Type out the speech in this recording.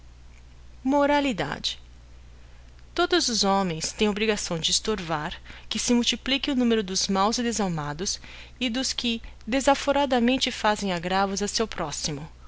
e todos os homens tem obrigação de estorvar que se multiplique o numero dos máos e desalmados e dos que desafforadamente faixem aggravos a seu próximo